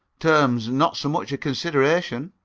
terms not so much a consideration